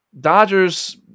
Dodgers